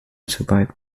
survived